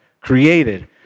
created